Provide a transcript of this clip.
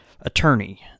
attorney